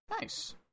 Nice